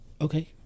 okay